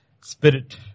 Spirit